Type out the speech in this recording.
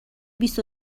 بیست